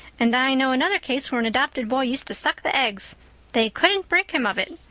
and i know another case where an adopted boy used to suck the eggs they couldn't break him of it.